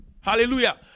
Hallelujah